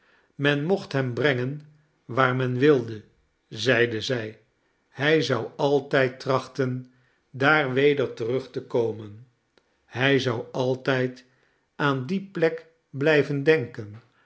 men mocht hem brengen waar men wilde zeiden zij hij zou altijd trachten daar weder terug te komen hij zou altijd aan die plek blijven denken